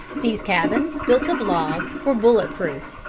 these cabins, built of logs, were bullet-proof.